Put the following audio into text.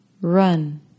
run